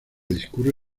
discurre